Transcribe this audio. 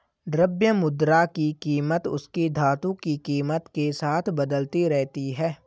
द्रव्य मुद्रा की कीमत उसकी धातु की कीमत के साथ बदलती रहती है